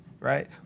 Right